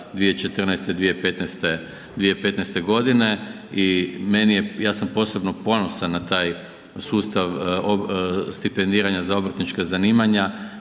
2014.-2015. godine i meni je, ja sam posebno ponosan na taj sustav stipendiranja za obrtnička zanimanja